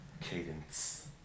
cadence